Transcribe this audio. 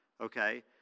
okay